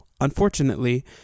Unfortunately